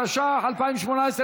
התשע"ח 2018,